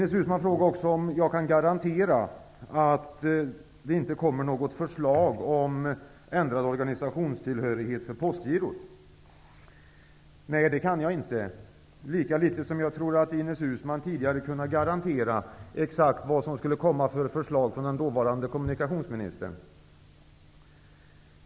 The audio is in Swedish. Ines Uusmann frågade också om jag kan garantera att det inte kommer något förslag om ändrad organisationstillhörighet för Postgirot. Nej, det kan jag inte, lika litet som jag tror att Ines Uusmann tidigare har kunnat garantera exakt vilka förslag som skulle komma från den dåvarande kommunikationsministern.